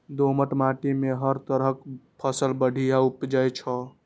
दोमट माटि मे हर तरहक फसल बढ़िया उपजै छै